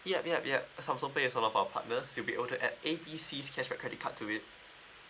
yup yup yup Samsung pay is one of our partners you'll be able to add A B C cashback credit card to it